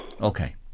Okay